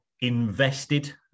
invested